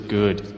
good